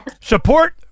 support